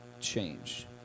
change